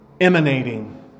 Emanating